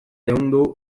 ehundu